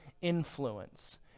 influence